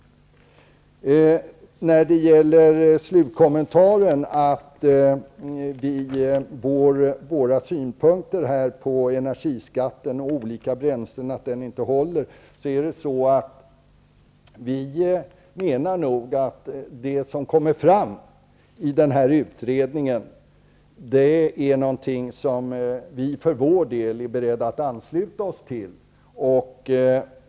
Ivar Franzéns slutkommentar var att våra synpunkter på energiskatten och olika bränslen inte håller. Vi menar nog att det som kommer fram i den nämnda utredningen är något som vi för vår del är beredda att ansluta oss till.